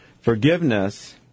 forgiveness